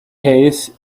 case